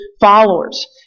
followers